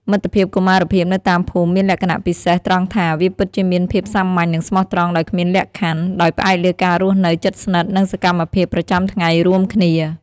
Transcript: មិត្តភាពកុមារភាពនៅតាមភូមិមានលក្ខណៈពិសេសត្រង់ថា វាពិតជាមានភាពសាមញ្ញនិងស្មោះត្រង់ដោយគ្មានលក្ខខណ្ឌ ដោយផ្អែកលើការរស់នៅជិតស្និទ្ធនិងសកម្មភាពប្រចាំថ្ងៃរួមគ្នា។